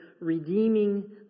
redeeming